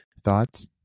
thoughts